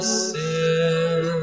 sin